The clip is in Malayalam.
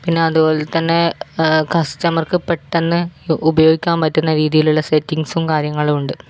പിന്നെ അതുപോലെതന്നെ കസ്റ്റമർക്ക് പെട്ടെന്ന് ഉപയോഗിക്കാന് പറ്റുന്ന രീതിയിലുള്ള സെറ്റിംഗ്സും കാര്യങ്ങളുമുണ്ട്